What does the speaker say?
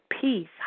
peace